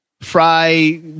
Fry